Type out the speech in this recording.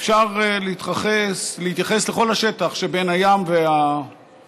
ואפשר להתייחס לכל השטח שבין הים והמדבר,